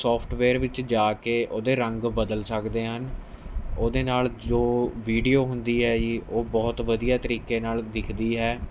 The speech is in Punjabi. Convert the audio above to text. ਸੋਫਟਵੇਅਰ ਵਿੱਚ ਜਾ ਕੇ ਉਹਦੇ ਰੰਗ ਬਦਲ ਸਕਦੇ ਹਨ ਉਹਦੇ ਨਾਲ਼ ਜੋ ਵੀਡੀਓ ਹੁੰਦੀ ਹੈ ਜੀ ਉਹ ਬਹੁਤ ਵਧੀਆ ਤਰੀਕੇ ਨਾਲ਼ ਦਿਖਦੀ ਹੈ